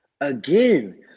again